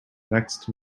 next